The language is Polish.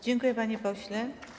Dziękuję, panie pośle.